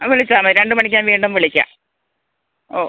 ആ വിളിച്ചാൽ മതി രണ്ട് മണിക്ക് ഞാൻ വീണ്ടും വിളിക്കാം ഓ